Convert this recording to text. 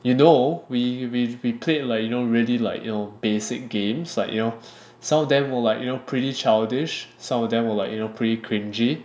you know we we we played like you know really like you know basic games like you know some of them were like you know pretty childish some of them were like you know pretty cringey